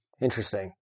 Interesting